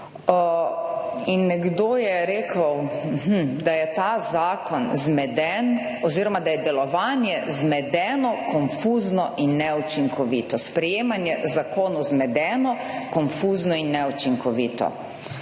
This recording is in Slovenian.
In nekdo je rekel, da je ta zakon zmeden oziroma, da je delovanje zmedeno, konfuzno in neučinkovito. Sprejemanje zakonov zmedeno, konfuzno in neučinkovito.